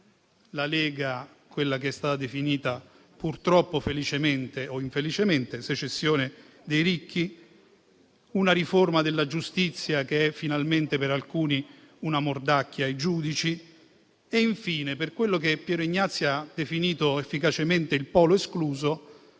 la Lega, quella che è stata definita purtroppo, felicemente o infelicemente, secessione dei ricchi. Poi, una riforma della giustizia che è finalmente, per alcuni, una mordacchia ai giudici. Infine, per quello che Piero Ignazi ha definito, efficacemente, il "polo escluso",